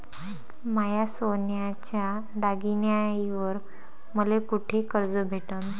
माया सोन्याच्या दागिन्यांइवर मले कुठे कर्ज भेटन?